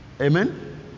Amen